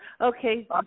Okay